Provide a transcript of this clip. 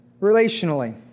relationally